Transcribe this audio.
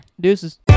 Deuces